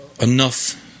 enough